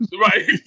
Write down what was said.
Right